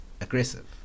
aggressive